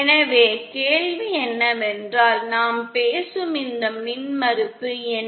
எனவே கேள்வி என்னவென்றால் நாம் பேசும் இந்த மின்மறுப்பு என்ன